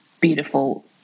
beautiful